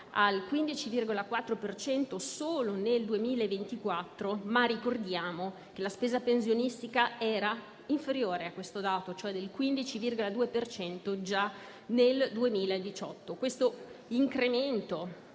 per cento solo nel 2024, ma ricordiamo che la spesa pensionistica era inferiore a questo dato, e cioè del 15,2 per cento già nel 2018. Questo incremento